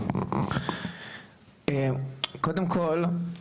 קודם כל,